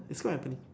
it's quite happening